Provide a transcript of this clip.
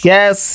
Yes